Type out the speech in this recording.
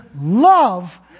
Love